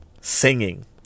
singing